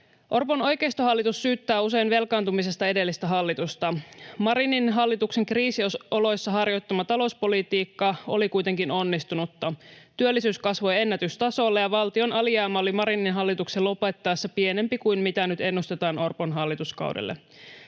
Orpon oikeistohallitus syyttää usein velkaantumisesta edellistä hallitusta. Marinin hallituksen kriisioloissa harjoittama talouspolitiikka oli kuitenkin onnistunutta. Työllisyys kasvoi ennätystasolle, ja valtion alijäämä oli Marinin hallituksen lopettaessa pienempi kuin mitä nyt ennustetaan Orpon hallituskaudelle.